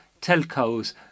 telcos